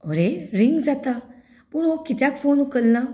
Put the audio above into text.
अरे रिंग जाता पूण हो कित्याक फोन उखलना